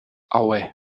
aue